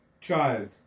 child